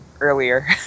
earlier